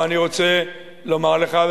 אבל אני רוצה לומר לך,